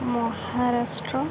Maharashtra